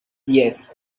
yes